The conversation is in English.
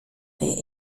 their